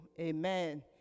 Amen